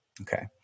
Okay